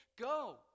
Go